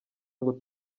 ngo